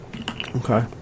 Okay